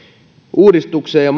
uudistukseen ja